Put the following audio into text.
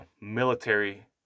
military